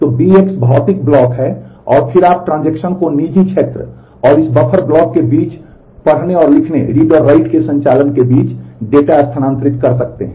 तो Bx भौतिक block है और फिर आप ट्रांजेक्शन को निजी क्षेत्र और इस बफर ब्लॉक के बीच पढ़ने और लिखने के संचालन के बीच डेटा स्थानांतरित कर सकते हैं